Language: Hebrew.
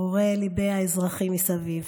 הרהורי הלב של האזרחים מסביב.